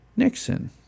Nixon